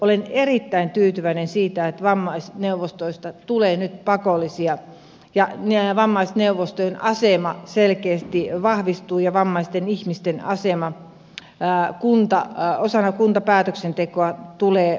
olen erittäin tyytyväinen että vammaisneuvostoista tulee nyt pakollisia ja vammaisneuvostojen asema selkeästi vahvistuu ja vammaisten ihmisten asema osana kuntapäätöksentekoa tulee vahvistumaan